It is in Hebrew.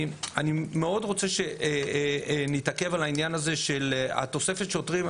אני רוצה מאוד שנתעכב על עניין תוספת השוטרים.